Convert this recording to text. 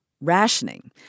rationing